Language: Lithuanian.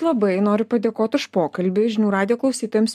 labai noriu padėkot už pokalbį žinių radijo klausytojams